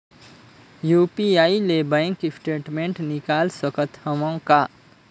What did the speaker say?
UPI ले bank statement निकाल सकत हवं का?